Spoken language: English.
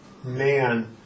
Man